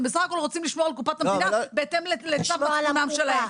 הם בסך הכול רוצים לשמור על קופת המדינה בהתאם לצו מצפונם שלהם.